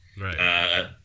Right